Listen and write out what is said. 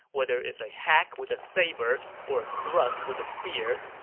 whether it's a hack with a saber or a thrust with a spear,